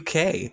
UK